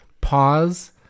pause